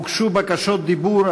הוגשו בקשות דיבור,